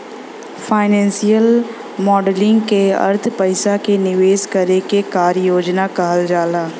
financial modelling क अर्थ पइसा क निवेश करे क कार्य योजना कहल जाला